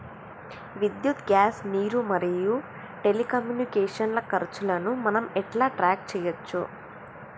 విద్యుత్ గ్యాస్ నీరు మరియు టెలికమ్యూనికేషన్ల ఖర్చులను మనం ఎలా ట్రాక్ చేయచ్చు?